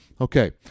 Okay